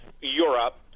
Europe